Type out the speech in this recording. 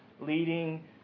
leading